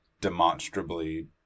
demonstrably